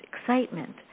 excitement